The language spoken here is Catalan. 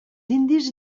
indis